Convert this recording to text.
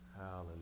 hallelujah